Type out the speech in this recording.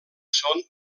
són